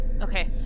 Okay